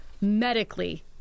medically